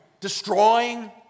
destroying